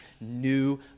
new